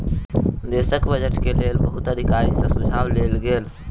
देशक बजट के लेल बहुत अधिकारी सॅ सुझाव लेल गेल